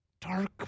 dark